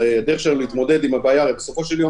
הדרך שלנו להתמודד עם הבעיה הרי בסופו של דבר,